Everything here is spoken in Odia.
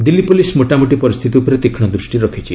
ଦିଲ୍ଲୀ ପୁଲିସ୍ ମୋଟାମୋଟି ପରିସ୍ଥିତି ଉପରେ ତୀକ୍ଷ୍ଣ ଦୃଷ୍ଟି ରଖିଛି